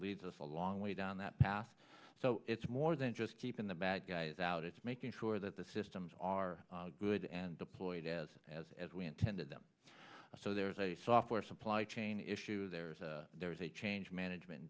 leads us a long way down that path so it's more than just keeping the bad guys out it's making sure that the systems are good and deployed as as as we intended them so there's a software supply chain issue there there's a change management